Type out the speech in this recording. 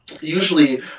usually